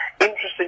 interesting